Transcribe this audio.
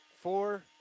Four-